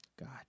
God